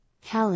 Kelly